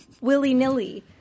willy-nilly